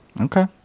okay